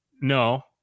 no